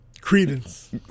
credence